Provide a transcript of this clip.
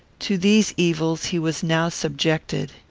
to these evils he was now subjected.